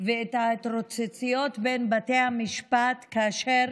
ואת ההתרוצצויות בין בתי המשפט, כאשר